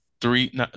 three